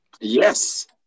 yes